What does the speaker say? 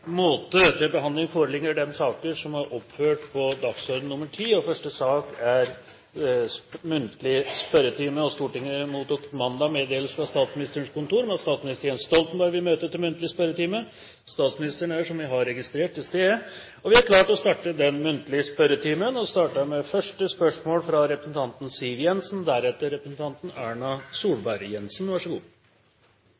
måte. Stortinget mottok mandag meddelelse fra Statsministerens kontor om at statsminister Jens Stoltenberg vil møte til muntlig spørretime. Statsministeren er til stede, og vi er klare til å starte den muntlige spørretimen. Første hovedspørsmål er fra representanten Siv Jensen.